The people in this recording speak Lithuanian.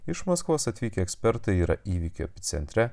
iš maskvos atvykę ekspertai yra įvykių centre